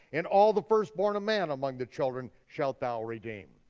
and all the firstborn of man among the children shalt thou redeem.